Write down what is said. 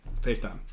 Facetime